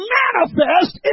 manifest